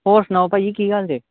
ਹੋਰ ਸੁਣਾਓ ਭਾਅ ਜੀ ਕੀ ਹਾਲ ਜੇ